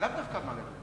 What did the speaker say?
לאו דווקא במעלה-אדומים.